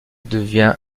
devient